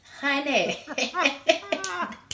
Honey